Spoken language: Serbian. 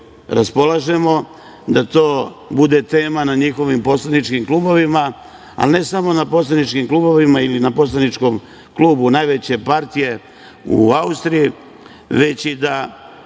raspolažemo, da to bude tema u njihovim poslaničkim klubovima. Ne samo u poslaničkim klubovima ili na poslaničkom klubu najveće partije u Austriji, već i da